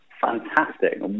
fantastic